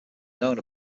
known